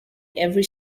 every